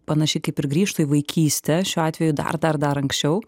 panašiai kaip ir grįžtu į vaikystę šiuo atveju dar dar dar anksčiau